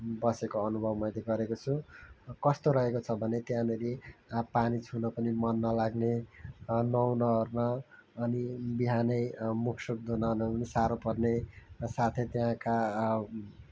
बसेको अनुभव मैले गरेको छु कस्तो रहेको छ भने त्यहाँनिर पानी छुन पनि मन नलाग्ने नुहाउनओर्न अनि बिहानै मुखसुख धुनओर्न पनि साह्रो पर्ने साथै त्यहाँका